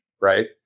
right